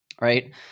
Right